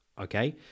Okay